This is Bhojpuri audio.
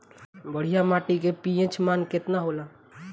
बढ़िया माटी के पी.एच मान केतना होला?